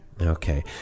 Okay